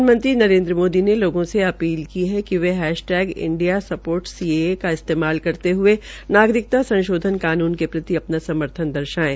प्रधानमंत्री नरेन्द्र मोदी ने लोगों से अपील की कि वे hashtag India supports CAA का इस्तेमाल करते हये नागरिकता संशोधन कानून के प्रति अपना समर्थन दर्शायें